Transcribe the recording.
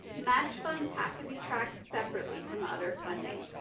match funds have to be tracked separately from other funding.